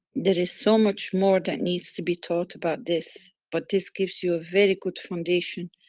there is so much more that needs to be taught about this but this gives you a very good foundation.